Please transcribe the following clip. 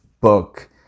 book